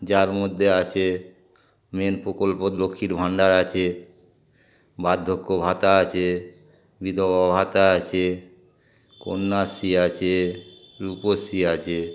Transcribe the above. যার মধ্যে আছে মেন প্রকল্প লক্ষ্মীর ভাণ্ডার আছে বার্ধক্য ভাতা আছে বিধবা ভাতা আছে কন্যাশ্রী আছে রূপশ্রী আছে